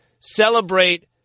celebrate